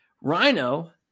Rhino